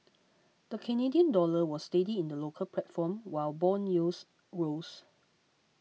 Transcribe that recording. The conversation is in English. the Canadian dollar was steady in the local platform while bond yields rose